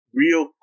real